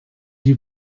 die